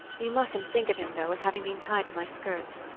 you mustn't think of him, though, as having been tied to my skirts.